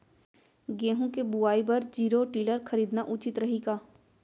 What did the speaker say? गेहूँ के बुवाई बर जीरो टिलर खरीदना उचित रही का?